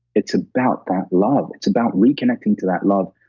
it's about that love. it's about reconnecting to that love,